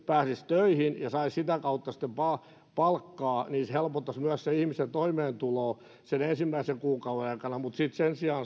pääsisi töihin ja saisi sitä kautta sitten palkkaa helpottaisi myös sen ihmisen toimeentuloa sen ensimmäisen kuukauden aikana mutta sen sijaan